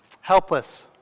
Helpless